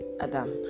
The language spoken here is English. Adam